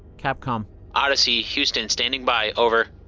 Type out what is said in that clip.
capcom odyssey, houston standing by. over.